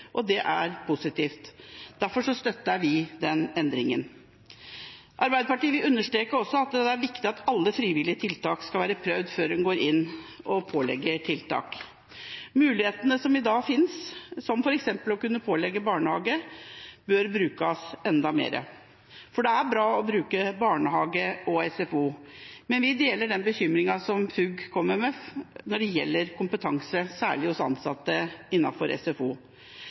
og det er positivt. Derfor støtter vi den endringen. Arbeiderpartiet vil også understreke at det er viktig at alle frivillige tiltak skal være prøvd før en går inn og pålegger tiltak. Mulighetene som i dag finnes, som f.eks. å kunne pålegge barnehage, bør brukes enda mer. Det er bra å bruke barnehage og SFO, men vi deler den bekymringen som FUG kommer med når det gjelder kompetanse, særlig hos ansatte i SFO.